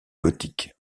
gothique